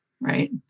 right